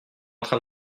train